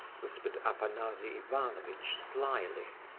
whispered afanasy ivanovitch slyly.